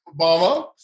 Obama